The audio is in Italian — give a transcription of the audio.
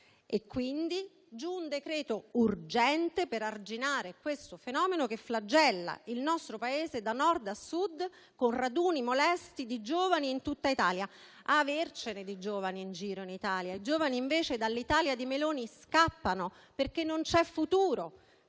emanato un decreto-legge urgente per arginare questo fenomeno che flagella il nostro Paese da Nord a Sud, con raduni molesti di giovani in tutta Italia. Avercene di giovani in giro in Italia! I giovani, invece, dall'Italia di Meloni scappano, perché non c'è futuro